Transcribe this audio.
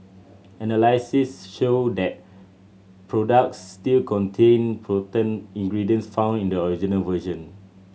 analysis showed that products still contained potent ingredients found in the original version